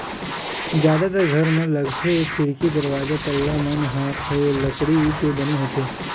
जादातर घर म लगे खिड़की, दरवाजा, पल्ला मन ह लकड़ी के बने होथे